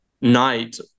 night